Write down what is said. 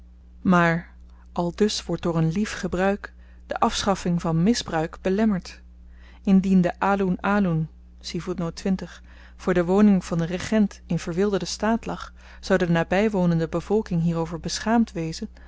maar aldus wordt door een lief gebruik de afschaffing van misbruik belemmerd indien de aloen aloen voor de woning van den regent in verwilderden staat lag zou de nabywonende bevolking hierover beschaamd wezen